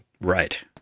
Right